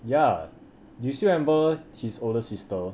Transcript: ya do you still remember his older sister